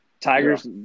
tiger's